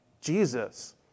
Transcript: Jesus